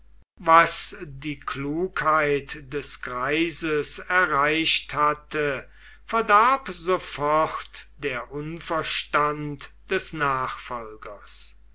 was die klugheit des greises erreicht hatte verdarb sofort der unverstand des nachfolgers